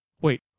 wait